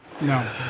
No